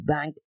Bank